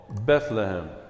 Bethlehem